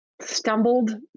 stumbled